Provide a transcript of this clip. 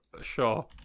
sure